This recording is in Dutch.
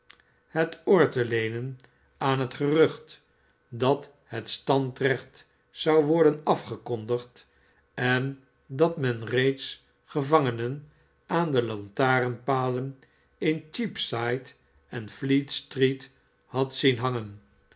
het oor te leenen aan het gerucht dat het standrecht zou worden afgekondigd en dat men reeds gevangenen aan de lantarenpalen incheapside en fleetstreet had zien hangen